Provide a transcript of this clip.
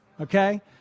Okay